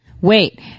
Wait